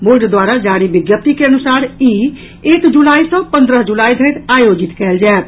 board द्वारा जारी विज्ञप्ति के अनुसार ई एक जुलाई सँ पन्द्रह जुलाई धरि आयोजित कयल जायत